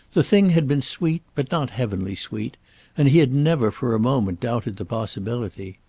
the thing had been sweet, but not heavenly sweet and he had never for a moment doubted the possibility.